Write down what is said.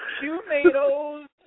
tomatoes